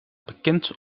bekend